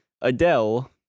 Adele